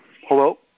hello